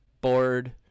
bored